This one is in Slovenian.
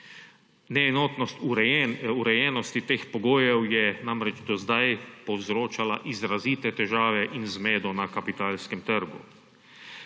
Neenotnost urejenosti teh pogojev je namreč do zdaj povzročala izrazite težave in zmedo na kapitalskem trgu.